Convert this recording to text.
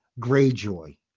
Greyjoy